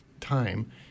time